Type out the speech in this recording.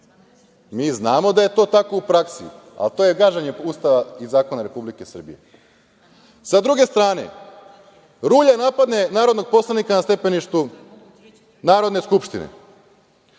Mi znamo da je to tako u praksi, ali to je gaženje Ustava i zakona Republike Srbije. Sa druge strane, rulja napadne narodnog poslanika na stepeništu Narodne skupštine.